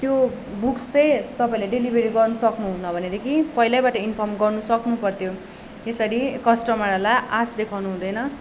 त्यो बुक्स चाहिँ तपाईँहरूले डेलिभेरी गर्नु सक्नु हुन्न भनेदेखि पहिल्यैबाट इन्फर्म गर्न सक्नु पर्थ्यो यसरी कस्टमरहरूलाई आश देखाउनु हुँदैन